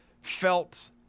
felt